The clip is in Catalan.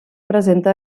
presenta